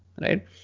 right